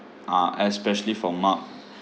uh especially for mark